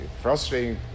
frustrating